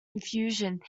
confusion